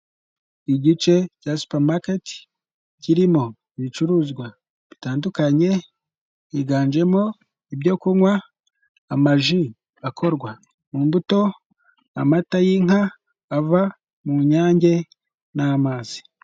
Igice cya supamaketi kirimo ibicuruzwa bitandukanye higanjemo ibyo kunywa, amaji akorwa mu mbuto, amata y'inka ava mu nyange n'amazi.